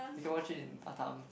you can watch it in Batam